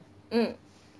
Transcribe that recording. mm